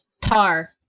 Tar